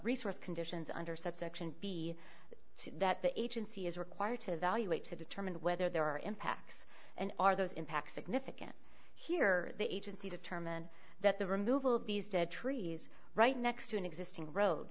resource conditions under subsection b that the agency is required to evaluate to determine whether there are impacts and are those impacts significant here the agency determined that the removal of these dead trees right next to an existing road